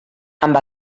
amb